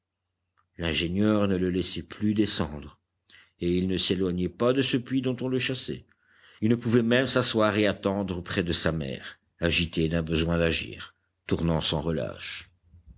l'ingénieur ne le laissait plus descendre et il ne s'éloignait pas de ce puits dont on le chassait il ne pouvait même s'asseoir et attendre près de sa mère agité d'un besoin d'agir tournant sans relâche